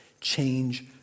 change